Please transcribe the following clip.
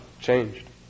changed